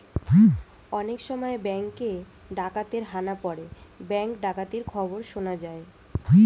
অনেক সময় ব্যাঙ্কে ডাকাতের হানা পড়ে ব্যাঙ্ক ডাকাতির খবর শোনা যায়